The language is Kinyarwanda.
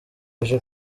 aje